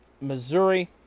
Missouri